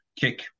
kick